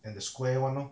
and the square [one] lor